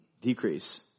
decrease